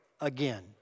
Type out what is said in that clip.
again